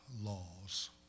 laws